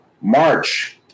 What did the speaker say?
March